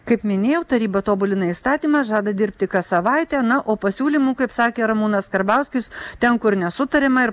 kaip minėjau taryba tobulina įstatymą žada dirbti kas savaitę na o pasiūlymų kaip sakė ramūnas karbauskis ten kur nesutariama ir